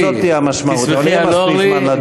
גם זאת תהיה המשמעות, אבל יהיה מספיק זמן לדון.